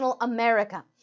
America